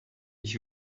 ich